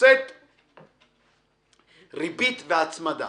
נושאת ריבית והצמדה